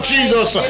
Jesus